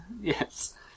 yes